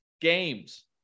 games